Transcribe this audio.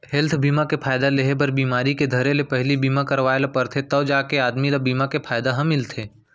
health बीमा के फायदा लेहे बर बिमारी के धरे ले पहिली बीमा करवाय ल परथे तव जाके आदमी ल बीमा के फायदा ह मिलथे